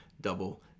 double